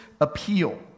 appeal